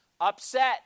upset